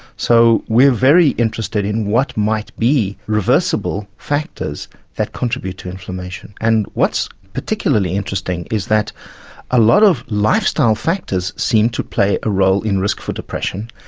so we are very interested in what might be reversible factors that contribute to inflammation. and what's particularly interesting is that a lot of lifestyle factors seem to play a role in risk for depression,